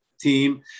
team